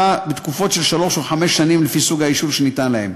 בתקופות של שלוש או חמש שנים לפי סוג האישור שניתן להם.